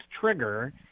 trigger